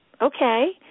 okay